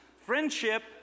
Friendship